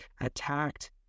attacked